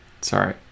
Sorry